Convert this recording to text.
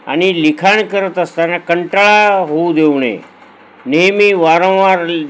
आणि लिखाण करत असताना कंटाळा होऊ देऊ नये नेहमी वारंवार